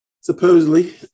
Supposedly